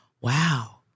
Wow